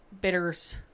bitters